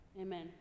Amen